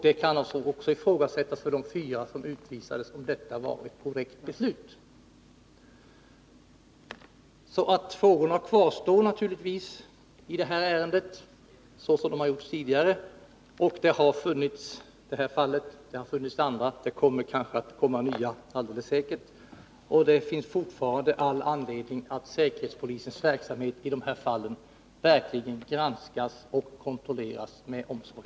Det kan också ifrågasättas om utvisningen av de fyra personerna var ett korrekt beslut. Frågetecknen kvarstår i det här ärendet på samma sätt som de gjort tidigare. Det här fallet och kanske andra liknande har alltså funnits, och det kommer alldeles säkert nya sådana här fall. Det finns således fortfarande all anledning att säkerhetspolisens verksamhet i sådana här fall granskas och kontrolleras med omsorg.